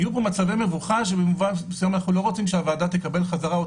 יהיו פה מצבי מבוכה שבמובן מסוים אנחנו לא רוצים שהוועדה תקבל עוד